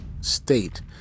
state